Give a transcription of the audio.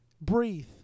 breathe